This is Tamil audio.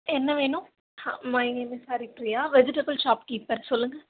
என்ன வேணும் ஆ my name is Haripriya vegetable shop keeper சொல்லுங்க